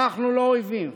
אנחנו לא אויבים.